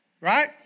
Right